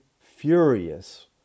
furious